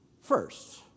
first